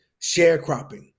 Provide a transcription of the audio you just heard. sharecropping